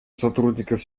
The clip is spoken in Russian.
сотрудников